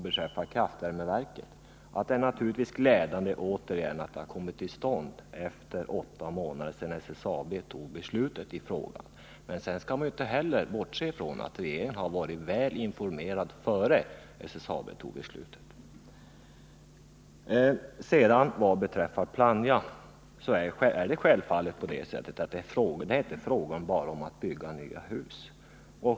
Beträffande kraftvärmeverket vill jag säga att det naturligtvis är glädjande att det nu kommit till stånd åtta månader efter det att SSAB fattade sitt beslut. Sedan skall man inte heller bortse från att regeringen har varit väl informerad, innan SSAB fattade beslutet. När det gäller Plannja är det självfallet inte bara fråga om att bygga nya hus.